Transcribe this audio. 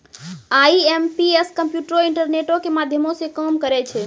IMPS कम्प्यूटरो, इंटरनेटो के माध्यमो से काम करै छै